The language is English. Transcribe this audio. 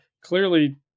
Clearly